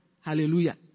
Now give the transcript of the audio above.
Hallelujah